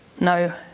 no